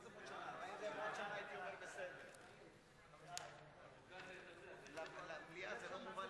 ההצעה להעביר את הנושא לוועדת